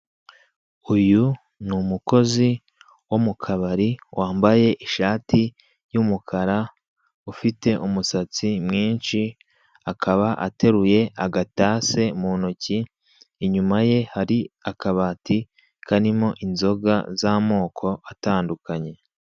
Uyu ni umukozi wo mu kabari, wambaye ishati y'umukara, ufite umusatsi mwinshi, akaba ateruye agatase mu ntoki, inyuma ye hari akabati karimo inzoga z'amoko atandukanye.